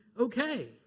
okay